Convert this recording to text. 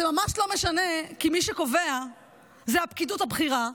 זה ממש לא משנה, כי מי שקובע זה הפקידות הבכירה.